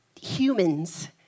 humans